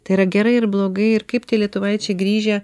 tai yra gerai ir blogai ir kaip tie lietuvaičiai grįžę